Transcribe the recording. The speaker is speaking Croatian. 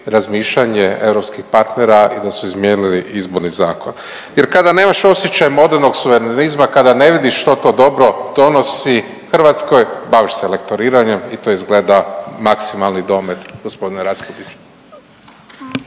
razmišljanje europskih partnera i da su izmijenili Izborni zakon jer kada nemaš osjećaje modernog suverenizma, kada ne vidiš što to dobro donosi Hrvatskoj baviš se lektoriranjem i to izgleda maksimalni domet g. Raspudiću.